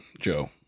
Joe